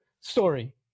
story